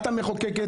את המחוקקת,